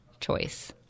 choice